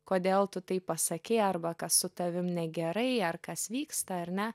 kodėl tu taip pasakei arba kas su tavim negerai ar kas vyksta ar ne